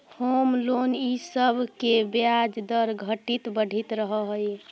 home loan इ सब के ब्याज दर घटित बढ़ित रहऽ हई